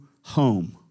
home